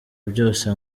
byose